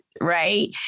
Right